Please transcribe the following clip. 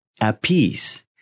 apiece